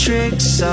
Tricks